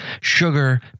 sugar